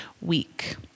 week